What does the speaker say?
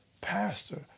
pastor